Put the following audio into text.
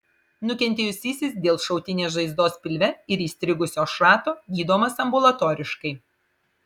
nukentėjusysis dėl šautinės žaizdos pilve ir įstrigusio šrato gydomas ambulatoriškai